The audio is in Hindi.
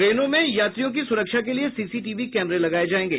ट्रेनों में यात्रियों की सुरक्षा के लिए सीसीटीवी कैमरे लगाये जायेंगे